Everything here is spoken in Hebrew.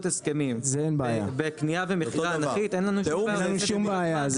הסכמים בקניה ומכירה אנכית אין לנו שום בעיה,